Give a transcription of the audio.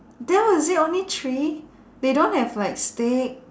that was it only three they don't have like steak